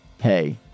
hey